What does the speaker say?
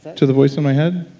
to the voice in my head?